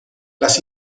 las